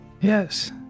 Yes